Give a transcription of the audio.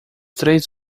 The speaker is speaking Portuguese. três